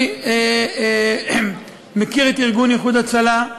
אני מכיר את ארגון "איחוד הצלה",